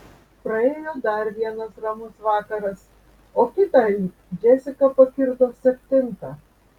praėjo dar vienas ramus vakaras o kitąryt džesika pakirdo septintą